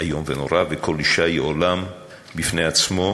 איום ונורא, וכל אישה היא עולם בפני עצמו.